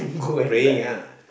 praying ah